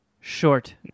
short